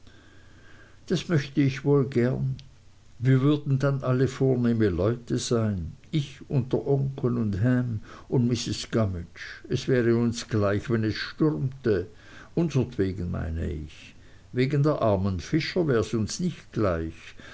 das möcht ich wohl gern wir würden dann alle vornehme leute sein ich und der onkel und ham und mrs gummidge es wäre uns gleich wenn es stürmte unsertwegen meine ich wegen der armen fischer wärs uns nicht gleich